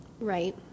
Right